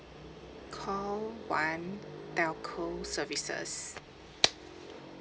call one telco services